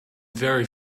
very